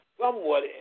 somewhat